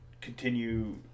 continue